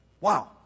Wow